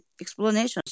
explanations